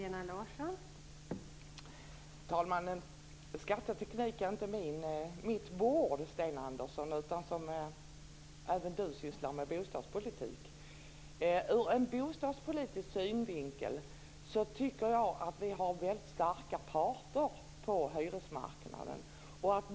Fru talman! Skatteteknik är inte mitt bord, Sten Andersson. Jag, liksom Sten Andersson, sysslar huvudsakligen med bostadspolitik. Ur en bostadspolitisk synvinkel är parterna på hyresmarknaden väldigt starka.